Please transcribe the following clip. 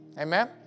Amen